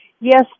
Yes